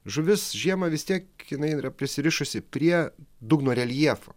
žuvis žiemą vis tiek jinai yra prisirišusi prie dugno reljefo